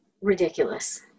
ridiculous